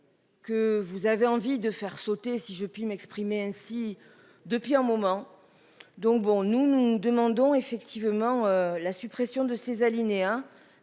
Que vous avez envie de faire sauter si je puis m'exprimer ainsi, depuis un moment. Donc bon nous demandons effectivement la suppression de ces alinéas